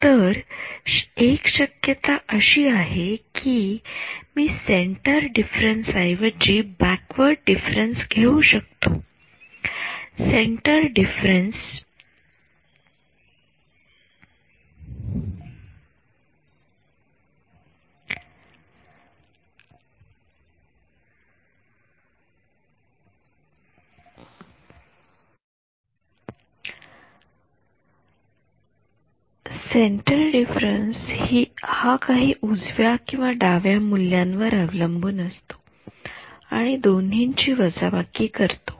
तर एक शक्यता अशी आहे कि मी सेन्टर डिफरन्स ऐवजी बॅकवर्ड डिफरन्स घेऊ शकतो सेन्टर डिफरन्स हा काही उजव्या आणि काही डाव्या मूल्यांवर अवलंबून असतो आणि या दोन्हींची वजाबाकी करतो